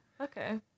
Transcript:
Okay